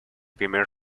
primer